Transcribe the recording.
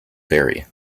vary